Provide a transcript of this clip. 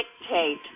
dictate